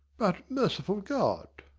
but, merciful god!